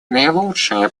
наилучшие